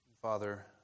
Father